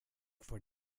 for